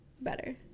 Better